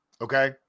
okay